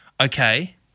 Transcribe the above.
okay